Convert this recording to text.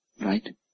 Right